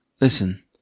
listen